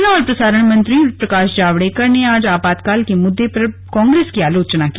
सूचना और प्रसारण मंत्री प्रकाश जावडेकर ने आज आपातकाल के मुद्दे पर कांग्रेस की आलोचना की